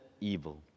evil